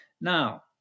Now